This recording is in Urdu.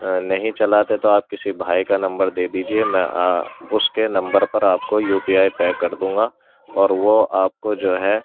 نہیں چلاتے تو آپ کسی بھائی کا نمبر دے دیجیے میں اس کے نمبر پر آپ کو یو پی آئی پے کر دوں گا اور وہ آپ کو جو ہے